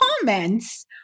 comments